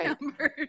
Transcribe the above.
numbers